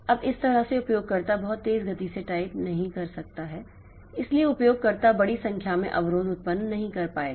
अब इस तरह से उपयोगकर्ता बहुत तेज गति से टाइप नहीं कर सकता है इसलिए उपयोगकर्ता बड़ी संख्या में अवरोध उत्पन्न नहीं कर पाएगा